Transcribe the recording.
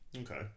okay